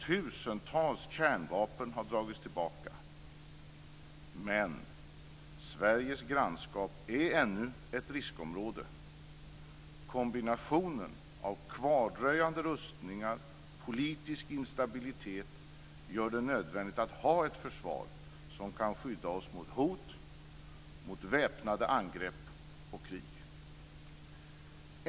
Tusentals kärnvapen har dragits tillbaka, men Sveriges grannskap är ännu ett riskområde. Kombinationen av kvardröjande rustningar och politisk instabilitet gör det nödvändigt att ha ett försvar som kan skydda oss mot hot, mot väpnade angrepp och mot krig.